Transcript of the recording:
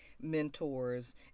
mentors